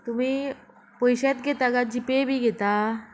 तुमी पयशेंत घेता काय जी पे बी घेतात